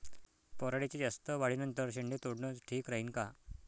पराटीच्या जास्त वाढी नंतर शेंडे तोडनं ठीक राहीन का?